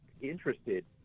interested